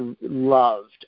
loved